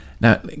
Now